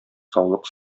саулык